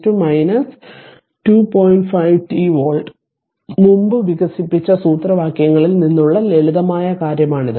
5 t volt മുമ്പ് വികസിപ്പിച്ച സൂത്രവാക്യങ്ങളിൽ നിന്നുള്ള ലളിതമായ കാര്യമാണിത്